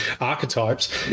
archetypes